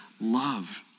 love